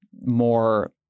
more